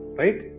right